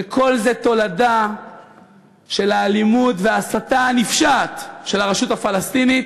וכל זה הוא תולדה של האלימות וההסתה הנפשעת של הרשות הפלסטינית.